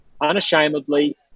unashamedly